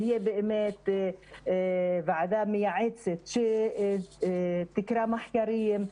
תהיה ועדה מייעצת שתקרא מחקרים,